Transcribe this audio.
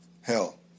hell